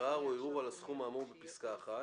ערר או ערעור על הסכום האמור בפסקה (1),